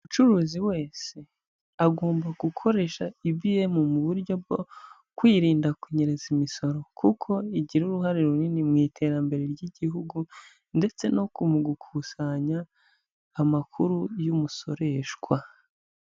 Umucuruzi wese agomba gukoresha EBM, mu buryo bwo kwirinda kunyereza imisoro kuko igira uruhare runini mu iterambere ry'igihugu ndetse no mu gukusanya amakuru y'umusoreshwa.